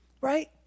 right